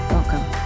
Welcome